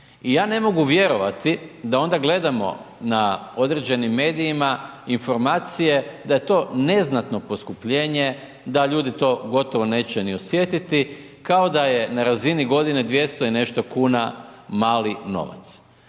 I ja ne mogu vjerovati da onda gledamo na određenim medijima informacije da je to neznatno poskupljenje, da ljudi to gotovo neće ni osjetiti, kao da je na razini godine 200 i nešto kuna mali novac.